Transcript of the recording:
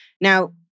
Now